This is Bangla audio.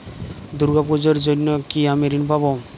দুর্গা পুজোর জন্য কি আমি ঋণ পাবো?